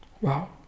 wow